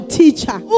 teacher